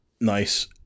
Nice